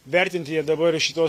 vertinti ją dabar iš šitos